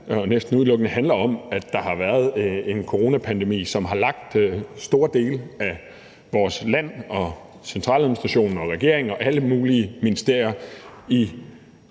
og næsten udelukkende – handler om, at der har været en coronapandemi, som har lagt store dele af vores land og centraladministrationen og regeringen og alle mulige ministerier i